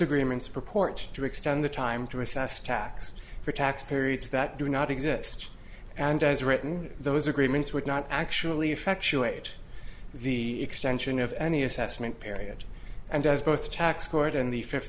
agreements purport to extend the time to assess tax for tax periods that do not exist and as written those agreements would not actually effectuate the extension of any assessment period and as both tax court and the fifth